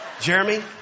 Jeremy